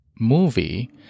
movie